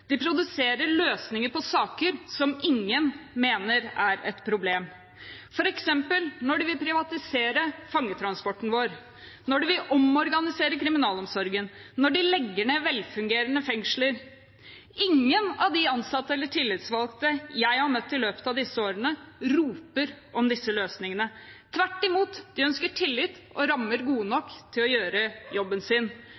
De produserer løsninger på saker som ingen mener er et problem, f.eks. når de vil privatisere fangetransporten vår, når de vil omorganisere kriminalomsorgen, når de legger ned velfungerende fengsler. Ingen av de ansatte eller tillitsvalgte jeg har møtt i løpet av disse årene, roper om disse løsningene. Tvert imot – de ønsker tillit og rammer gode